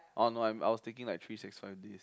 oh no I'm I was thinking like three six five days